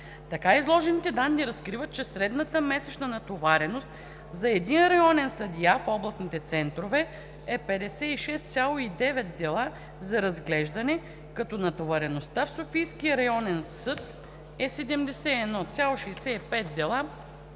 Така изложени, данните разкриват, че средната месечна натовареност за един районен съдия в областните центрове е 56,9 дела за разглеждане, като натовареността в Софийския районен съд е 71,65 дела